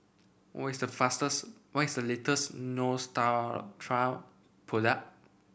what is the fastest what is the latest Neostrata product